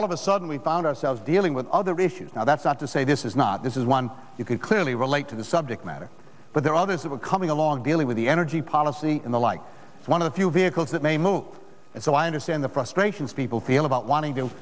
all of a sudden we found ourselves dealing with other issues now that's not to say this is not this is one you could clearly relate to the subject matter but there are others that are coming along dealing with the energy policy and the like one of the few vehicles that may move and so i understand the frustrations people feel about wanting to